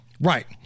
Right